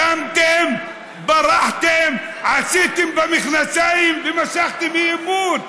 קמתם, ברחתם, עשיתם במכנסיים ומשכתם אי-אמון: